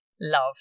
love